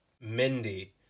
Mindy